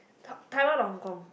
taiwan or Hong-Kong